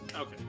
Okay